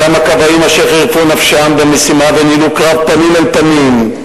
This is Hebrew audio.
אותם הכבאים אשר חירפו נפשם במשימה וניהלו קרב פנים אל פנים,